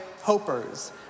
hopers